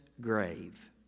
grave